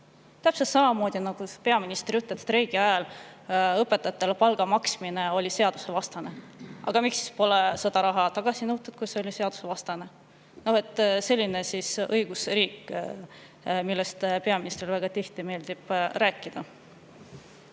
ega midagi tehtud? Peaminister ütles, et streigi ajal õpetajatele palga maksmine oli seadusevastane. Aga miks siis pole seda raha tagasi nõutud, kui see oli seadusevastane? No selline on siis õigusriik, millest peaministrile väga tihti meeldib rääkida.